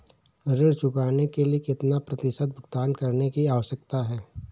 ऋण चुकाने के लिए कितना प्रतिशत भुगतान करने की आवश्यकता है?